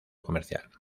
comercial